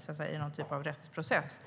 Man ska inte behöva sitta häktad i två år utan att hamna i någon typ av rättsprocess.